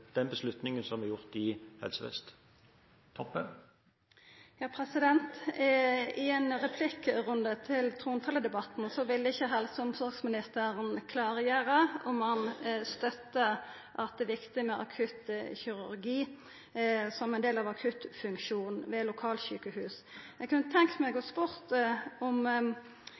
den beslutningen som er gjort i Helse Vest. I ein replikkrunde under trontaledebatten ville ikkje helse- og omsorgsministeren klargjera om han støttar at det er viktig med akuttkirurgi som ein del av akuttfunksjonen ved lokalsjukehus. Eg kunne tenkja meg å spørja om